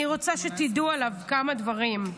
אני רוצה שתדעו עליו כמה דברים,